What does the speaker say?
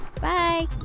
Bye